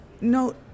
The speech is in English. No